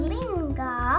Linga